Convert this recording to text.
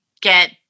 get